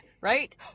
right